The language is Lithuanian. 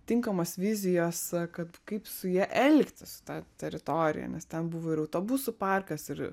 tinkamos vizijos kad kaip su ja elgtis su ta teritorija nes ten buvo ir autobusų parkas ir